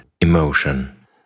Emotion